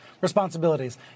responsibilities